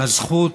על הזכות